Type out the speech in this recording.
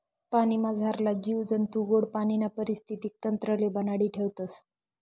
पाणीमझारला जीव जंतू गोड पाणीना परिस्थितीक तंत्रले बनाडी ठेवतस